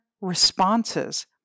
responses